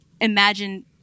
imagine